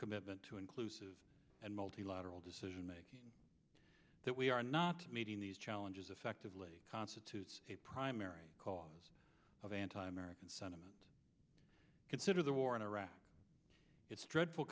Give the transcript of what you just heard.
commitment to inclusive and multilateral decisionmaking that we are not meeting these challenges effectively constitutes a primary cause of anti american sentiment consider the war in iraq it's dreadful